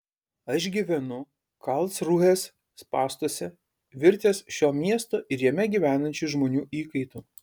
aš gyvenu karlsrūhės spąstuose virtęs šio miesto ir jame gyvenančių žmonių įkaitu